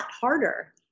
harder